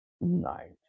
night